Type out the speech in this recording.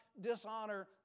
dishonor